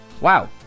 wow